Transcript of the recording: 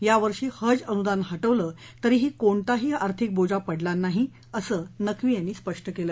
यावर्षी हज अनुदान हटवलं तरीही कोणताही आर्थिक बोजा पडला नाही असं त्यांनी स्पष्ट केलं